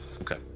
Okay